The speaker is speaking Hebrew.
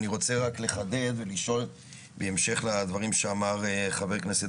אני רוצה רק לחדד ולשאול בהמשך לדברים שאמר חבר הכנסת